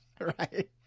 Right